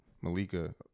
Malika